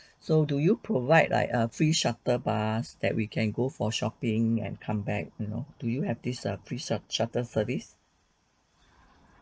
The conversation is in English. so do you provide like a free shuttle bus that we can go for shopping and come back you know do you have this err free shut~ shuttle service